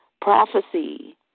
prophecy